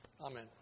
Amen